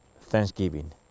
Thanksgiving